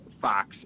Fox